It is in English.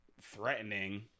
threatening